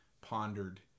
pondered